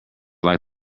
like